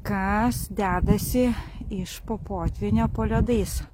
kas dedasi iš po potvynio po ledais